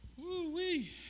Woo-wee